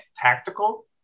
tactical